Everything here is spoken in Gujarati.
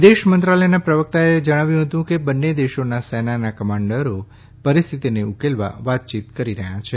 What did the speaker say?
વિદેશ મંત્રાલયનાં પ્રવક્તાએ જણાવ્યું હતું કે બંન્ને દેશનાં સેનાનાં કમાન્ડરો પરિસ્થિતીને ઉકેલવા વાતચીય કરી રહ્યા છે